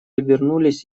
обернулись